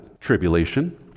tribulation